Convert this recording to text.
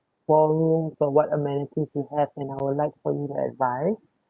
ballrooms or what amenities you have and I would like for you to advise